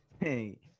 hey